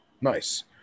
Nice